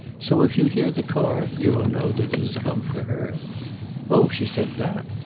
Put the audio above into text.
so if you hear the car you will know that it has come for her oh, she said that!